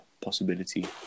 possibility